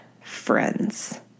friends